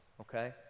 okay